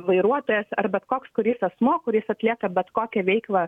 vairuotojas ar bet koks kuris asmuo kuris atlieka bet kokią veiklą